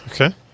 okay